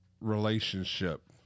relationship